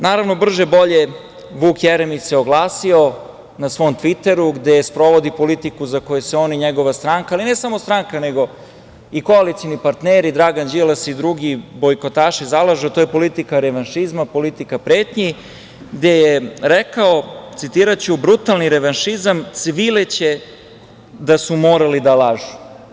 Naravno, brže bolje Vuk Jeremić se oglasio na svom „Tviteru“, gde sprovodi politiku za koju se on i njegova stranka, ali ne samo stranka, nego i koalicioni partneri Dragan Đilas i drugi bojkotaši zalažu, a to je politika revanšizma, politika pretnji gde je rekao, citiraću - brutalni revanšizam, cvileće da su morali da lažu.